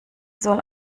soll